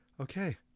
okay